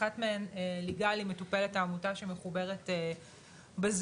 אחת מהן ליגל היא מטופלת העמותה שמחוברת בזום,